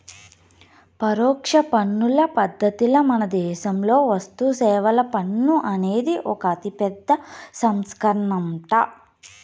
పరోక్ష పన్నుల పద్ధతిల మనదేశంలో వస్తుసేవల పన్ను అనేది ఒక అతిపెద్ద సంస్కరనంట